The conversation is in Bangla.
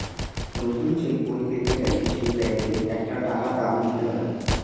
নতুন চেক বই পেতে গেলে সেই ব্যাংকে একটা টাকা দাম দিতে হয়